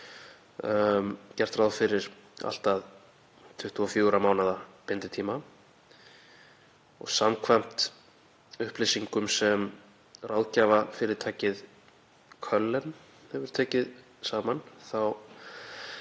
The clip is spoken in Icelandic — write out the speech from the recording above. gert ráð fyrir allt að 24 mánaða binditíma. Samkvæmt upplýsingum sem ráðgjafarfyrirtækið Cullen hefur tekið saman